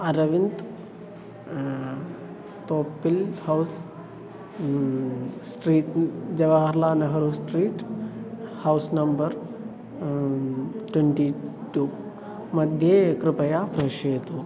Aravind Thoppil house street फ़ु Jawaharlal Nagar street house number twenty two मध्ये कृपया प्रेषयतु